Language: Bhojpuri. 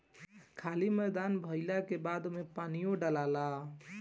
खाली मैदान भइला के बाद ओमे पानीओ डलाला